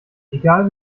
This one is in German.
egal